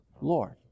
Lord